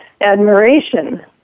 admiration